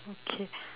okay